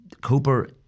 Cooper